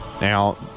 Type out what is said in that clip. Now